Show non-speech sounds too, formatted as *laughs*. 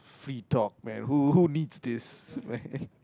free talk man who who who needs this man *laughs*